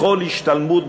בכל השתלמות,